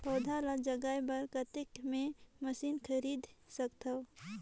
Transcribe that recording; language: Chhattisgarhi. पौधा ल जगाय बर कतेक मे मशीन खरीद सकथव?